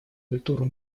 культуру